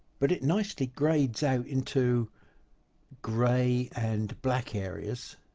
but it nicely grades out into gray and black areas